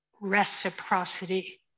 reciprocity